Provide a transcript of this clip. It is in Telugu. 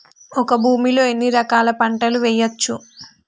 ఒక భూమి లో ఎన్ని రకాల పంటలు వేయచ్చు?